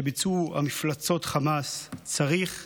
שביצעו המפלצות חמאס, צריכים